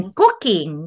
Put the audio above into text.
cooking